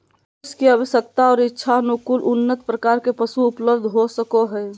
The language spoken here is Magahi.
मनुष्य के आवश्यकता और इच्छानुकूल उन्नत प्रकार के पशु उपलब्ध हो सको हइ